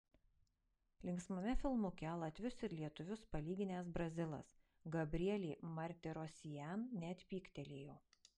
linksmame filmuke latvius ir lietuvius palyginęs brazilas gabrielė martirosian net pyktelėjo